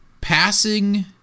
passing